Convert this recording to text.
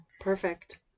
Perfect